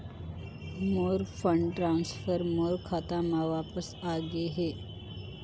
मोर fund transfer मोर खाता म वापस आ गे हे